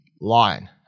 line